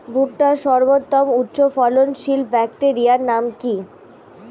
ভুট্টার সর্বোত্তম উচ্চফলনশীল ভ্যারাইটির নাম কি?